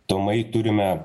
tomai turime